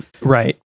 Right